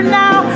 now